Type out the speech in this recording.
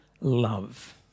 love